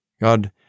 God